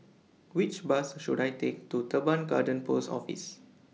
Which Bus should I Take to Teban Garden Post Office